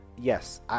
yes